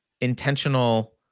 intentional